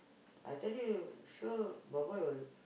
I tell you sure boy boy will